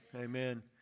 Amen